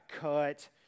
cut